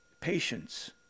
patience